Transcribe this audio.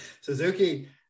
Suzuki